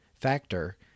factor